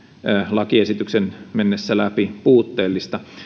lakiesityksen mennessä läpi puutteellista